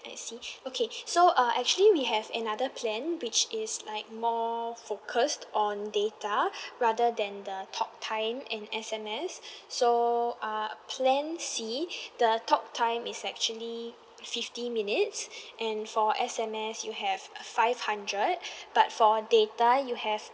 I see okay so uh actually we have another plan which is like more focused on data rather than the talk time and S_M_S so uh plan C the talk time is actually fifty minutes and for S_M_S you have five hundred but for data you have